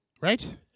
Right